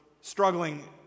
struggling